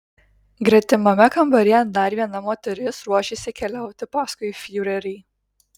gretimame kambaryje dar viena moteris ruošėsi keliauti paskui fiurerį